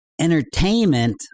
Entertainment